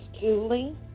julie